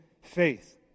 Faith